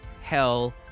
hell